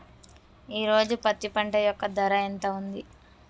ఈ రోజు పత్తి పంట యొక్క ధర ఎంత ఉంది?